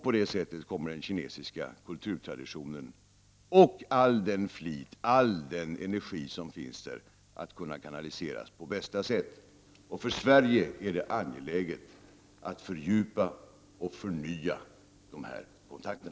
På det sätter kommer den kinesiska kulturtraditionen och all den flit och energi som finns där att kunna kanaliseras på bästa sätt. För Sverige är det angeläget att fördjupa och förnya dessa kontakter.